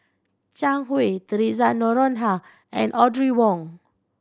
Zhang Hui Theresa Noronha and Audrey Wong